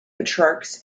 petrarch